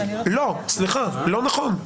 סליחה, לא נכון.